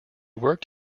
worked